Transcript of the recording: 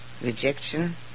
rejection